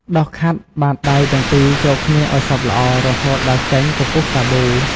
ដុសខាត់បាតដៃទាំងពីរចូលគ្នាឱ្យសព្វល្អ រហូតដល់ចេញពពុះសាប៊ូ។